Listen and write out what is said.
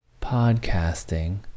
podcasting